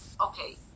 okay